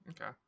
Okay